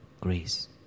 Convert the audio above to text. Grace